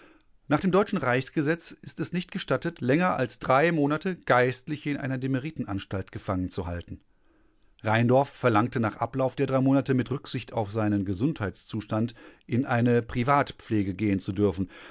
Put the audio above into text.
nach dem deutschen reichsgesetz ist es nicht gestattet länger als drei monate geistliche in einer demeritenanstalt stalt gefangen zu halten rheindorf verlangte nach ablauf der drei monate mit rücksicht auf seinen gesundheitszustand in eine privatpflege gehen zu dürfen